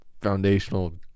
foundational